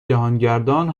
جهانگردان